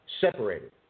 separated